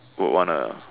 would wanna